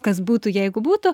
kas būtų jeigu būtų